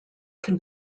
can